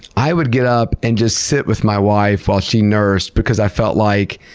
i would get up and just sit with my wife while she nursed, because i felt like,